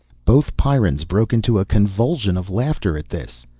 both pyrrans broke into a convulsion of laughter at this.